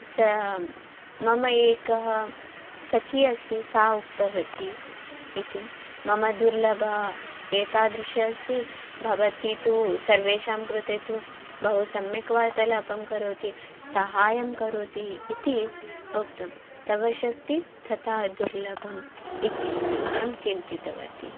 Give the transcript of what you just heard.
सः मम एकः सखी अस्ति सा उक्तवती इति मम दुर्लभम् एतादृशम् अस्ति भवति तु सर्वेषां कृते तु बहु सम्यक् वार्तालापं करोति साहायं करोति इति उक्तं तव शक्तिः तथा दुर्लभम् इति अहं चिन्तितवती